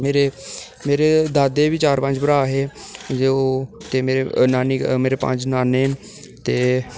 मेरे दादे बी चार पंज भ्राऽ हे ते ओह् नानी ते मेरे पंज नाने न ते